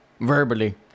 verbally